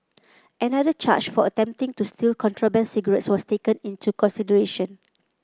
another charge for attempting to steal contraband cigarettes was taken into consideration